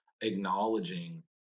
acknowledging